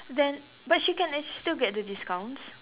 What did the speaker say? then but she can actually still get the discounts